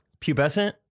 Pubescent